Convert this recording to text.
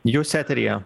jūs eteryje